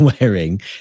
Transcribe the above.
wearing